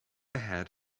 ahead